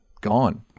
gone